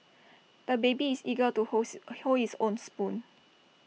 the baby is eager to holds hold his own spoon